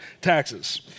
taxes